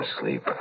sleep